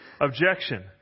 Objection